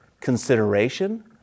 consideration